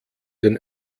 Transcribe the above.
den